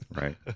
Right